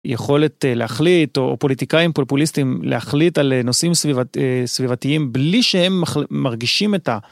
יכולת להחליט, או פוליטיקאים פופוליסטים להחליט על נושאים סביבתיים בלי שהם מרגישים את ה...